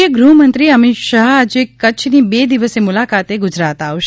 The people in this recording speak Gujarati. કેન્દ્રીય ગૃહમંત્રી અમિત શાહ આજે કચ્છની બે દિવસીય મુલાકાતે ગુજરાત આવશે